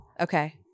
Okay